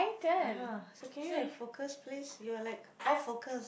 uh-huh so can you have focus please you are like off focus